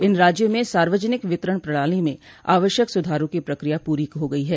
इन राज्यों में सार्वजनिक वितरण प्रणाली में आवश्यक सुधारों की प्रक्रिया पूरी हो गई है